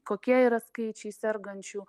kokie yra skaičiai sergančių